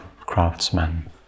craftsman